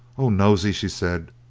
oh, nosey, she said,